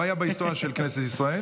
זה לא קרה בהיסטוריה של כנסת ישראל.